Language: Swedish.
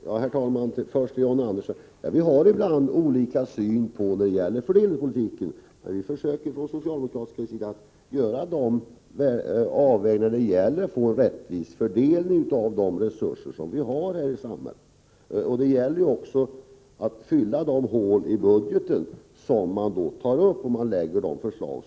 Herr talman! Först vill jag till John Andersson säga att vi ibland har skilda synpunkter när det gäller fördelningspolitiken. Vi försöker emellertid från socialdemokratisk sida att göra de avvägningar som behövs för att vi skall få en rättvis fördelning av de resurser som finns i samhället. Det gäller också att fylla de hål i budgeten som blir resultatet av John Anderssons förslag.